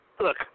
Look